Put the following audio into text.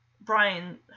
Brian